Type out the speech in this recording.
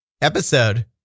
episode